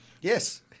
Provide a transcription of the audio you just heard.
Yes